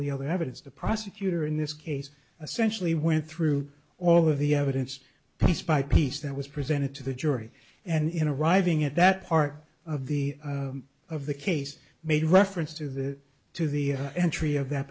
the other evidence the prosecutor in this case essential he went through all of the evidence piece by piece that was presented to the jury and in arriving at that part of the of the case made reference to the to the entry of that